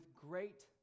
great